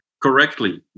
correctly